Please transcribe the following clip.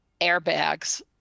airbags